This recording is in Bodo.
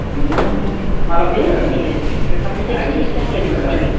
नों माला फ्रि जागोन नों जेसेबां थाब फैनो हैयो थाब फैबानो जाबाय